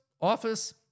office